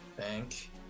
Thank